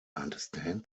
understand